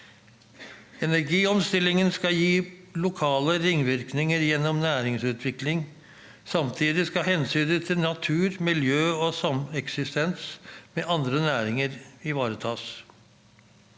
Energiomstillingen skal gi lokale ringvirkninger gjennom næringsutvikling. Samtidig skal hensynet til natur, miljø og sameksistens med andre næringer ivaretas.